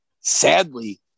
Sadly